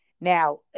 Now